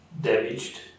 damaged